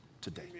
today